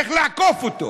איך לעקוף אותו.